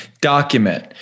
document